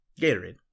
Gatorade